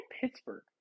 Pittsburgh